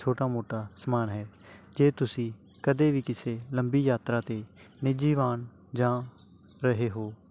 ਛੋਟਾ ਮੋਟਾ ਸਮਾਨ ਹੈ ਜੇ ਤੁਸੀਂ ਕਦੇ ਵੀ ਕਿਸੇ ਲੰਬੀ ਯਾਤਰਾ 'ਤੇ ਨਿੱਜੀਵਾਨ ਜਾ ਰਹੇ ਹੋ